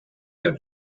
your